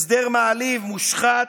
הסדר מעליב, מושחת,